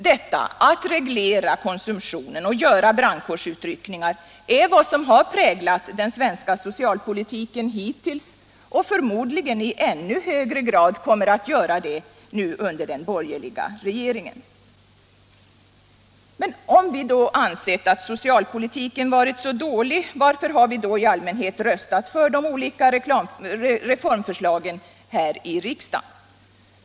Detta — att reglera konsumtionen och göra brandkårsutryckningar — är vad som präglat den svenska socialpolitiken hittills och förmodligen i ännu högre grad kommer att göra det nu under den borgerliga regeringen. Men om vi ansett att socialpolitiken varit så dålig, varför har vi då i allmänhet röstat för de olika reformförslagen här i riksdagen?